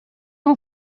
não